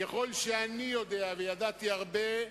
ככל שאני יודע, וידעתי הרבה,